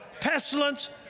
pestilence